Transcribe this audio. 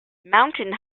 mountain